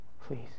Please